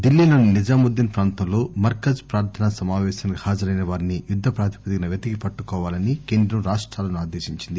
ఢిల్లీలోని నిజాముద్దీన్ ప్రాంతంలో మర్కజ్ ప్రార్థనా సమాపేశానికి హాజరైన వారిని యుద్ద ప్రాతిపదికన పెతికి పట్టుకోవాలని కేంద్రం రాష్టాలను ఆదేశించింది